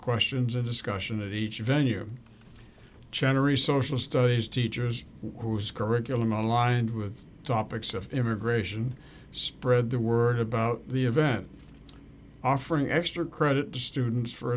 questions and discussion of each venue chattery social studies teachers whose curriculum aligned with topics of immigration spread the word about the event offering extra credit to students for